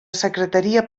secretaria